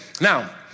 now